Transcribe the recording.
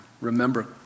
remember